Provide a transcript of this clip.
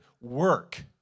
work